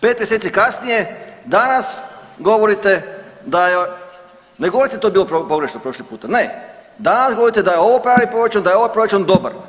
5 mjeseci kasnije, danas govorite da je, ne govorite da je to bilo pogrešno prošli puta, ne, danas govorite da je ovo pravi proračun da je ovaj proračun dobar.